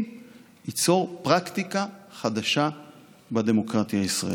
ייצור פרקטיקה חדשה בדמוקרטיה הישראלית.